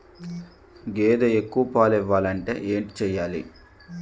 గేదె ఎక్కువ పాలు ఇవ్వాలంటే ఏంటి చెయాలి?